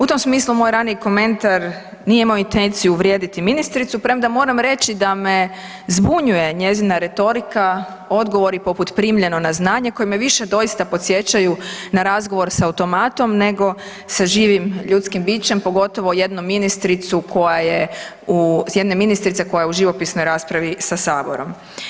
U tom smislu moj raniji komentar nije imao intenciju uvrijediti ministricu premda moram reći da me zbunjuje njezina retorika, odgovori poput „primljeno na znanje“ koje me više doista podsjećaju na razgovor sa automatom nego sa živim ljudskim bićem, pogotovo jednu ministricu koja je, jedne ministrice koja je u živopisnoj raspravi sa Saborom.